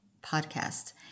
podcast